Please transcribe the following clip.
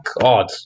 god